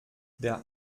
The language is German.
der